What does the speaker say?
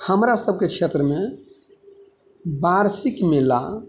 हमरा सबके क्षेत्रमे वार्षिक मेला